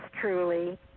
truly